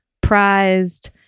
prized